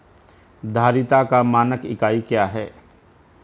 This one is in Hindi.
धारिता का मानक इकाई क्या है?